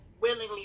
willingly